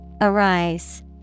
Arise